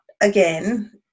again